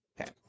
Okay